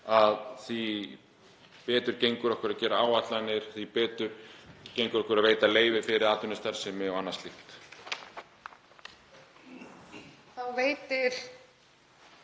því betur gengur okkur að gera áætlanir, því betur gengur okkur að veita leyfi fyrir atvinnustarfsemi og annað slíkt.